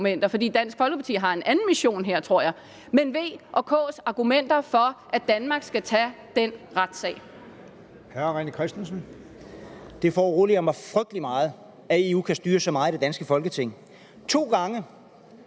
for Dansk Folkeparti har en anden mission her, tror jeg, men V's og K's argumenter for, at Danmark skal tage den retssag. Kl. 10:51 Formanden: Hr. René Christensen. Kl. 10:51 René Christensen (DF): Det foruroliger mig frygtelig meget, at EU kan styre så meget i det danske Folketing. To gange